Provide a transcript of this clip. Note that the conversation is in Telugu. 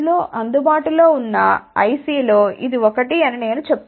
అందుబాటులో ఉన్న ICలో ఇది ఒకటి అని నేను చెప్తున్నాను